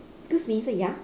excuse me I said ya